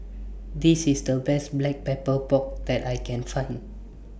This IS The Best Black Pepper Pork that I Can Find